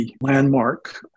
landmark